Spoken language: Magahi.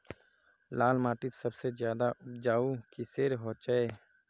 लाल माटित सबसे ज्यादा उपजाऊ किसेर होचए?